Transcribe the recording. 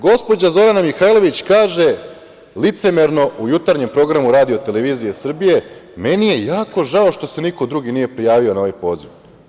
Gospođa Zorana Mihajlović kaže licemerno u jutarnjem programu RTS-a, - meni je jako žao što se niko drugi nije prijavio na ovaj poziv.